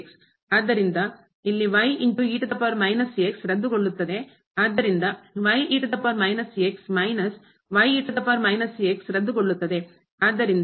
ಆದ್ದರಿಂದ ಇಲ್ಲಿ ರದ್ದುಗೊಳ್ಳುತ್ತದೆ ಆದ್ದರಿಂದ ಮೈನಸ್ ರದ್ದುಗೊಳ್ಳುತ್ತದೆ ಆದ್ದರಿಂದ ಉಳಿದಿರುವುದು